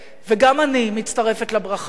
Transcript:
וגם אני מצטרפת לברכה הזאת,